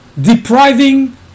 depriving